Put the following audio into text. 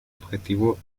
objetivo